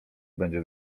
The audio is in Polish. będzie